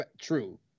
true